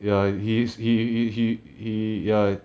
ya he's he he he he he ya